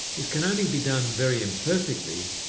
it can only be done very imperfectly,